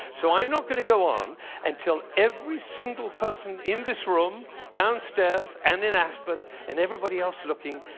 so i'm not going to go on until every single person in this room, downstairs and in aspen, and everybody else looking,